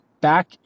back